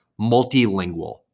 multilingual